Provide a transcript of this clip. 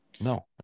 No